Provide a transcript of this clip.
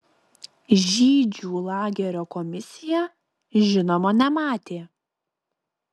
žydžių lagerio komisija žinoma nematė